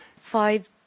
Five